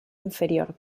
inferior